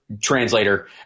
translator